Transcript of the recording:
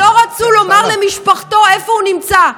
ולא רצו לומר לעורכי דינו ולא רצו לומר למשפחתו איפה הוא נמצא?